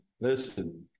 Listen